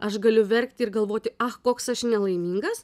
aš galiu verkti ir galvoti ach koks aš nelaimingas